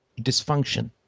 dysfunction